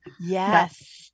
Yes